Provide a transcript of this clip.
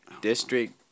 District